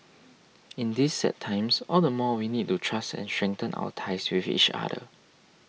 in these sad times all the more we need to trust and strengthen our ties with each other